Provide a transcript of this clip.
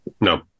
No